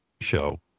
show